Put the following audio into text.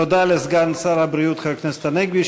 תודה לסגן שר הבריאות חבר הכנסת הנגבי.